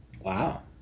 wow